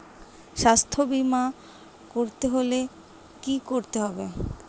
স্বাস্থ্যবীমা করতে হলে কি করতে হবে?